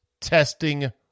testing